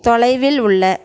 தொலைவில் உள்ள